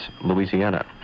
Louisiana